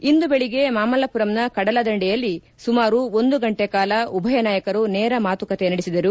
ಇಂದು ಬೆಳಗ್ಗೆ ಮಾಮಲ್ಲಮರಂನ ಕಡಲ ದಂಡೆಯಲ್ಲಿ ಸುಮಾರು ಒಂದು ಗಂಟೆ ಕಾಲ ಉಭಯ ನಾಯಕರು ನೇರ ಮಾತುಕತೆ ನಡೆಸಿದರು